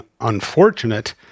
unfortunate